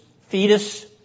fetus